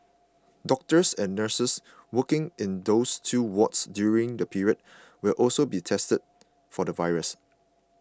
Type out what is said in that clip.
doctors and nurses working in those two wards during the period will also be tested for the virus